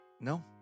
no